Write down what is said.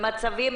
במצבים